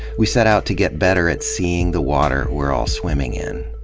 we set out to get better at seeing the water we're all swimming in.